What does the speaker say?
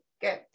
good